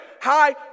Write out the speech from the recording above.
high